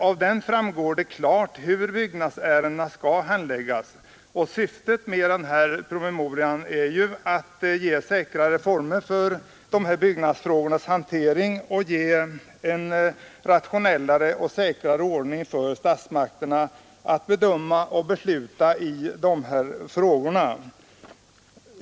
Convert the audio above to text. Av den promemorian framgår klart hur byggnadsärendena skall handläggas, och syftet med den är att ge säkrare former för de här byggnadsfrågornas hantering och en rationellare och säkrare ordning för statsmakterna när det gäller att bedöma och besluta i dessa ärenden.